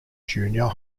junior